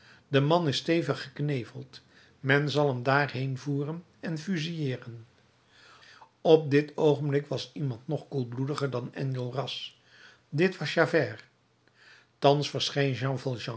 de man is stevig gekneveld men zal hem daarheen voeren en fusilleeren op dit oogenblik was iemand nog koelbloediger dan enjolras dit was javert thans verscheen jean